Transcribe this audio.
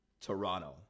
Toronto